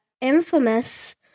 infamous